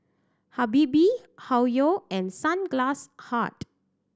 Habibie Hoyu and Sunglass Hut